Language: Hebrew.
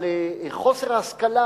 על חוסר השכלה,